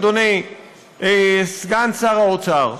אדוני סגן שר האוצר,